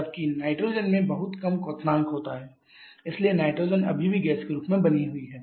जबकि नाइट्रोजन में बहुत कम क्वथनांक होता है इसलिए नाइट्रोजन अभी भी गैस के रूप में बनी हुई है